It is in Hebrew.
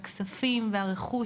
הכספים והרכוש,